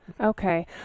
Okay